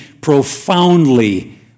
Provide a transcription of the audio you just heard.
profoundly